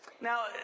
now